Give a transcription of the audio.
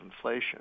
inflation